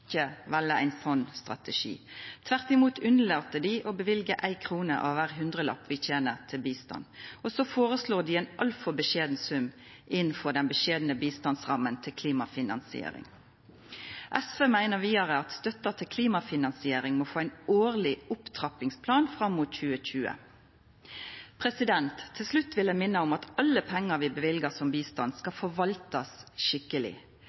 ein sånn strategi. Tvert imot lèt dei vera å løyva éi krone av kvar hundrelapp vi tener, til bistand, og dei føreslår ein altfor beskjeden sum, innanfor den beskjedne bistandsramma, til klimafinansiering. SV meiner vidare at støtta til klimafinansiering må få ein årleg opptrappingsplan fram mot 2020. Til slutt vil eg minna om at alle pengane vi løyver som bistand, skal forvaltast skikkeleg.